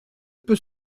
peut